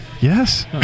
Yes